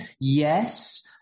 Yes